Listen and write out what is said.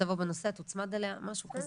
שתבוא בנושא, תוצמד אליה, משהו כזה.